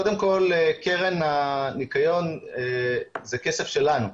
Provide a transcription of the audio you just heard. קודם כול, קרן הניקיון זה כסף שלנו.